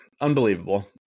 Unbelievable